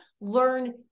learn